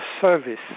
service